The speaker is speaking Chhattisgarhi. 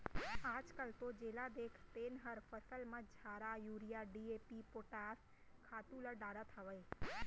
आजकाल तो जेला देख तेन हर फसल म झारा यूरिया, डी.ए.पी, पोटास खातू ल डारत हावय